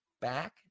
back